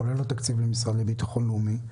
כולל התקציב למשרד לביטחון לאומי.